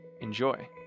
Enjoy